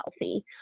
healthy